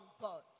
God